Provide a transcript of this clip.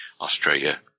Australia